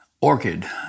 orchid